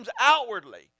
outwardly